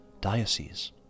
diocese